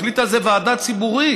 החליטה על זה ועדה ציבורית,